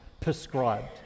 prescribed